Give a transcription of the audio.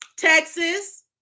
Texas